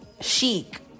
chic